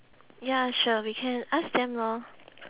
ya sure we can ask them lor